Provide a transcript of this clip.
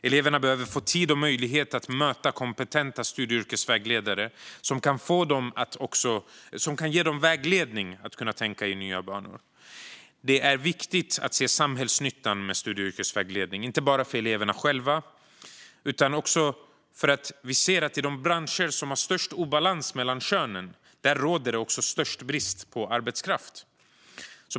Eleverna behöver få tid och möjlighet att möta kompetenta studie och yrkesvägledare som kan ge dem vägledning att tänka i nya banor. Det är viktigt att se samhällsnyttan med studie och yrkesvägledning, inte bara för eleverna själva. Vi ser att i de branscher som har störst obalans mellan könen råder det också störst brist på arbetskraft.